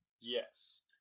Yes